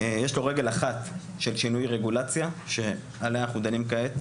יש לו רגל אחת של שינוי רגולציה שעליה אנחנו דנים כעת.